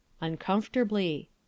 Uncomfortably